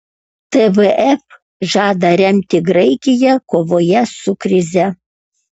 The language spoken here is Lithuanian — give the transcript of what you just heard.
tvf žada remti graikiją kovoje su krize